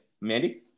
Mandy